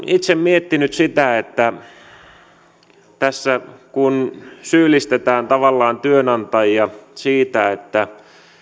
itse miettinyt sitä tässä kun syyllistetään tavallaan työnantajia siitä että